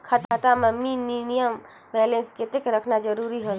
खाता मां minimum balance कतेक रखना जरूरी हवय?